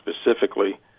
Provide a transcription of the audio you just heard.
specifically